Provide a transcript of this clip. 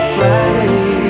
Friday